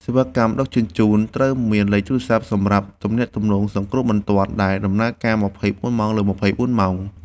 សេវាកម្មដឹកជញ្ជូនត្រូវមានលេខទូរស័ព្ទសម្រាប់ទំនាក់ទំនងសង្គ្រោះបន្ទាន់ដែលដំណើរការ ២៤ ម៉ោងលើ ២៤ ម៉ោង។